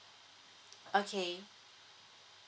okay